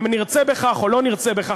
אם נרצה בכך ואם לא נרצה בכך,